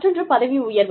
மற்றொன்று பதவி உயர்வு